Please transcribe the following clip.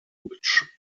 which